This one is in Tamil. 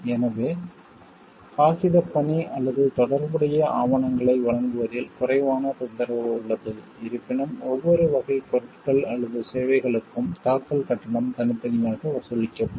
எனவே காகிதப்பணி அல்லது தொடர்புடைய ஆவணங்களை வழங்குவதில் குறைவான தொந்தரவு உள்ளது இருப்பினும் ஒவ்வொரு வகைப் பொருட்கள் அல்லது சேவைகளுக்கும் தாக்கல் கட்டணம் தனித்தனியாக வசூலிக்கப்படும்